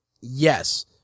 Yes